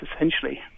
essentially